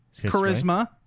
charisma